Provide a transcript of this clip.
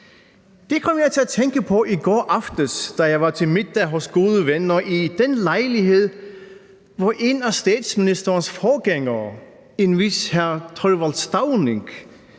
Det kom jeg til at tænke på i går aftes, da jeg var til middag hos gode venner i den lejlighed, hvor en af statsministerens forgængere, en vis hr. Thorvald Stauning,